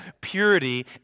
purity